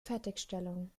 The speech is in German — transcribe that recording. fertigstellung